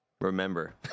remember